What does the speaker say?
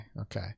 Okay